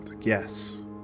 Yes